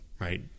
right